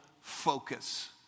focus